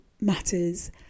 matters